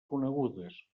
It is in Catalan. conegudes